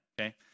okay